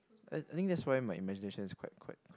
I think that's why my imagination is quite quite